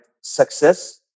success